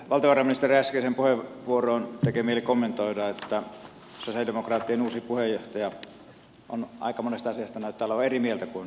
tuohon valtiovarainministerin äskeiseen puheenvuoroon tekee mieli kommentoida että sosialidemokraattien uusi puheenjohtaja näyttää olevan aika monesta asiasta eri mieltä kuin valtiovarainministeri